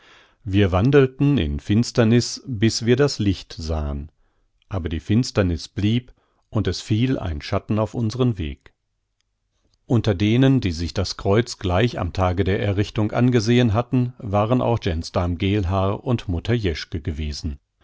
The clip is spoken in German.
wir wandelten in finsterniß bis wir das licht sahen aber die finsterniß blieb und es fiel ein schatten auf unsren weg unter denen die sich das kreuz gleich am tage der errichtung angesehen hatten waren auch gensdarm geelhaar und mutter jeschke gewesen